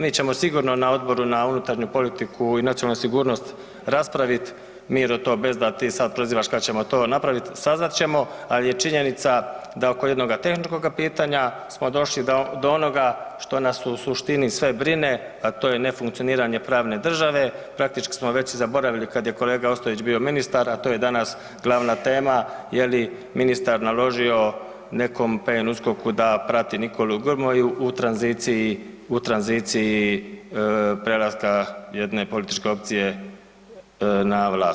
Mi ćemo sigurno na Odboru na unutarnju politiku i nacionalnu sigurnost, Miro to bez da ti sad prozivaš kad ćemo to napravit, sazvat ćemo, ali je činjenica da oko jednoga tehničkoga pitanja smo došli do onoga što nas u suštini sve brine, a to je nefunkcioniranje pravne države, praktički smo već i zaboravili kad je kolega Ostojić bio ministar, a to je danas glavna tema, je li ministar naložio nekom PNUSKOK-u da prati Nikolu Grmoju u tranziciji, u tranziciji prelaska jedne političke opcije na vlast.